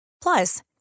Plus